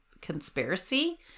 conspiracy